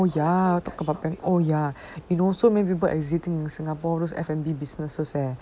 oh ya talk about them oh ya you know so many people exiting singapore those F&B businesses eh